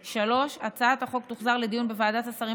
3. הצעת החוק תוחזר לדיון בוועדת השרים